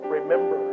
Remember